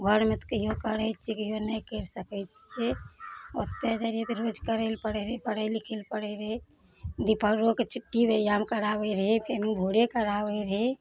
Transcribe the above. घरमे तऽ कहियो करै छियै कहियो नहि करि सकै छियै ओते जाय रहियै तऽ रोज करै लए पड़ै रहै पढ़ै लिखै लए पड़ै रहै दुपहरोके छुट्टी व्यायाम कराबै रहै फेर भोरे कराबै रहै